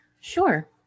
Sure